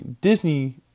Disney